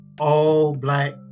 all-black